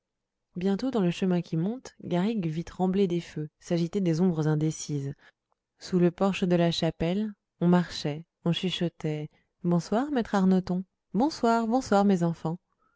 bientôt dans le chemin qui monte garrigue vit trembler des feux s'agiter des ombres indécises sous le porche de la chapelle on marchait on chuchotait bonsoir maître arnoton bonsoir bonsoir mes enfants